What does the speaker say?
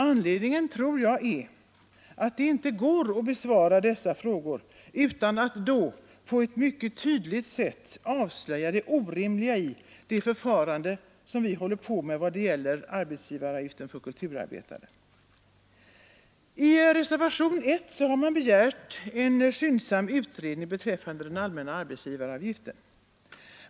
Anledningen tror jag är, att det inte går att besvara dessa frågor utan att på ett mycket tydligt sätt avslöja det orimliga i det förfarande vi tillämpar i vad det gäller arbetsgivaravgiften för kulturarbetarna. I reservationen 1 har man begärt en skyndsam utredning beträffande den allmänna arbetsgivaravgiften.